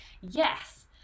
yes